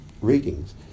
readings